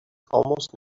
almost